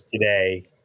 today